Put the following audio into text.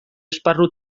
esparru